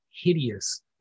hideous